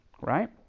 right